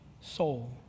soul